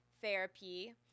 therapy